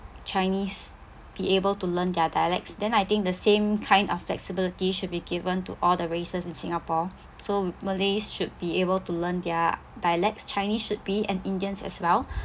chinese be able to learn their dialects then I think the same kind of flexibility should be given to all the races in singapore so malays should be able to learn their dialects chinese should be and indians as well